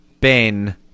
Ben